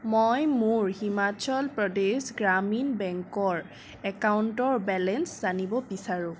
মই মোৰ হিমাচল প্ৰদেশ গ্ৰামীণ বেংকৰ একাউণ্টৰ বেলেঞ্চ জানিব বিচাৰোঁ